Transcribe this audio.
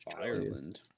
Ireland